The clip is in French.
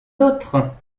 autres